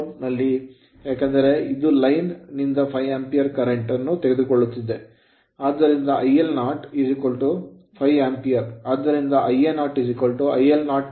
ಏಕೆಂದರೆ ಇದು line line ನಿಂದ 5 Ampere ಆಂಪಿಯರ್ current ಕರೆಂಟ್ ಅನ್ನು ತೆಗೆದುಕೊಳ್ಳುತ್ತಿದೆ ಆದ್ದರಿಂದ IL0 5 Ampere ಆಂಪಿಯರ್